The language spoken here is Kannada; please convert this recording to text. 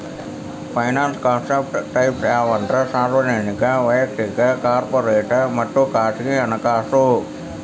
ಫೈನಾನ್ಸ್ ಕಾನ್ಸೆಪ್ಟ್ ಟೈಪ್ಸ್ ಯಾವಂದ್ರ ಸಾರ್ವಜನಿಕ ವಯಕ್ತಿಕ ಕಾರ್ಪೊರೇಟ್ ಮತ್ತ ಖಾಸಗಿ ಹಣಕಾಸು